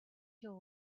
your